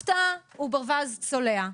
הפתעה, הוא ברווז צולע.